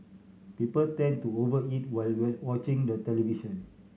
people tend to over eat while watching the television